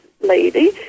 lady